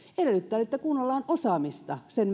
edellyttäen että kunnalla on osaamista sen